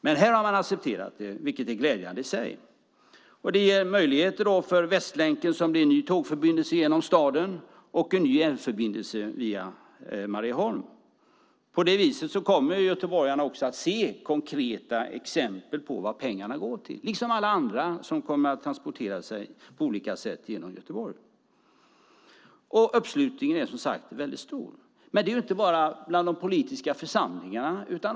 Men här har man accepterat det, vilket är glädjande i sig. Det ger möjligheter för Västlänken, som blir en ny tågförbindelse genom staden, och en ny älvförbindelse via Marieholm. På det viset kommer göteborgarna också att se konkreta exempel på vad pengarna går till liksom alla andra som kommer att transportera sig på olika sätt genom Göteborg. Uppslutningen är som sagt stor. Men det gäller inte bara de politiska församlingarna.